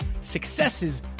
successes